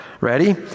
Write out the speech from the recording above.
Ready